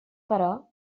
però